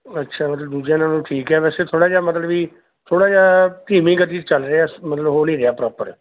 ਅੱਛਾ ਮਤਲਬ ਦੂਜਿਆਂ ਨਾਲੋਂ ਠੀਕ ਹੈ ਵੈਸੇ ਥੋੜ੍ਹਾ ਜਿਹਾ ਮਤਲਬ ਵੀ ਥੋੜ੍ਹਾ ਜਿਹਾ ਧੀਮੀ ਗਤੀ 'ਚ ਚੱਲ ਰਿਹਾ ਮਤਲਬ ਹੋ ਨਹੀਂ ਰਿਹਾ ਪ੍ਰੋਪਰ